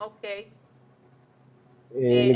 אגב, אז מי מרגיש את הציוד אם לא הצוות?